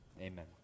Amen